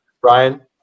Brian